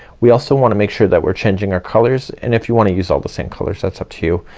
we also wanna make sure that we're changing our colors and if you wanna use all the same colors that's up to you.